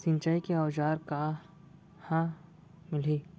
सिंचाई के औज़ार हा कहाँ मिलही?